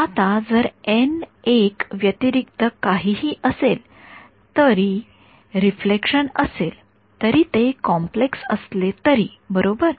आता जर एन १ व्यतिरिक्त काहीही असेल तरी रिफ्लेक्शन असेल जरी ते कॉम्प्लेक्स असले तरी बरोबर